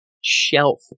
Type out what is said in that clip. shelf